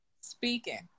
Speaking